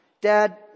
Dad